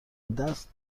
دست